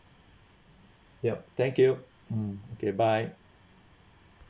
yup thank you mm okay bye